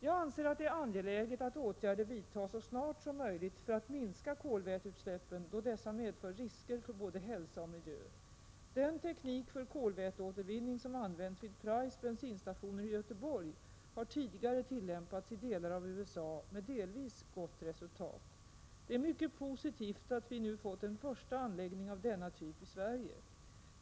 Jag anser att det är angeläget att åtgärder vidtas så snart som möjligt för att minska kolväteutsläppen då dessa medför risker för både hälsa och miljö. Den teknik för kolväteåtervinning som används vid Prajs bensinstationer i Göteborg har tidigare tillämpats i delar av USA med delvis gott resultat. Det är mycket positivt att vi nu fått en första anläggning av denna typ i Sverige.